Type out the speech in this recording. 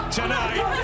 tonight